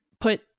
put